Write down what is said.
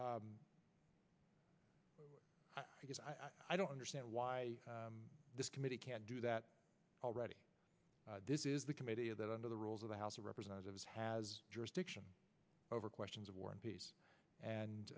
bear i don't understand why this committee can't do that already this is the committee that under the rules of the house of representatives has jurisdiction over questions of war and peace and